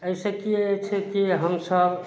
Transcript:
अइस की होइ छै कि हम सभ